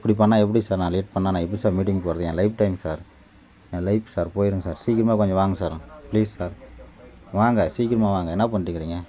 இப்படி பண்ணிணா எப்படி சார் நான் லேட் பண்ணிணா நான் எப்படி சார் மீட்டிங் போகிறது என் லைஃப் டைம் சார் என் லைஃப் சார் போயிடும் சார் சீக்கிரமா கொஞ்சம் வாங்க சார் ப்ளீஸ் சார் வாங்க சீக்கிரமாக வாங்க என்ன பண்ணிட்ருக்கிறீங்க